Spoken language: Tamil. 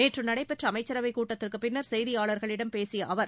நேற்று நடைபெற்ற அமைச்சரவைக் கூட்டத்திற்குப் பின்னர் செய்தியாளர்களிடம் பேசிய அவர்